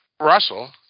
Russell